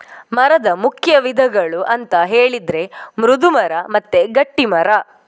ಮರದ ಮುಖ್ಯ ವಿಧಗಳು ಅಂತ ಹೇಳಿದ್ರೆ ಮೃದು ಮರ ಮತ್ತೆ ಗಟ್ಟಿ ಮರ